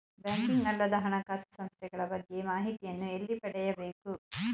Banking ಅಲ್ಲದ ಹಣಕಾಸು ಸಂಸ್ಥೆಗಳ ಬಗ್ಗೆ ಮಾಹಿತಿಯನ್ನು ಎಲ್ಲಿ ಪಡೆಯಬೇಕು?